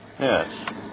Yes